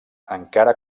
encara